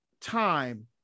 time